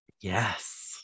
yes